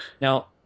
Now